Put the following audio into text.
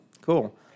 Cool